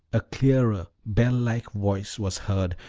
a clearer, bell-like voice was heard,